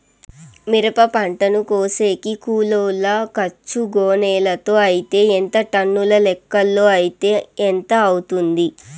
మిరప పంటను కోసేకి కూలోల్ల ఖర్చు గోనెలతో అయితే ఎంత టన్నుల లెక్కలో అయితే ఎంత అవుతుంది?